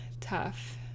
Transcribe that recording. tough